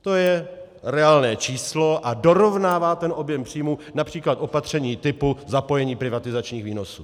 To je reálné číslo a dorovnává objem příjmů například opatření typu zapojení privatizačních výnosů.